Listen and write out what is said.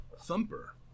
thumper